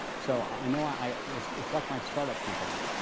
so i know i it's it's like my startup companies.